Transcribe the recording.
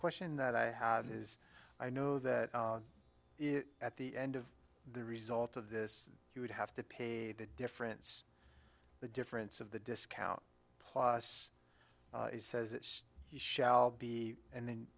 question that i have is i know that at the end of the result of this you would have to pay the difference the difference of the discount plus says it shall be and then